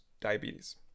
diabetes